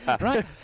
right